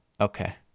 Okay